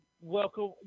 Welcome